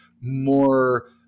more